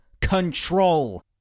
control